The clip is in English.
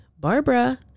Barbara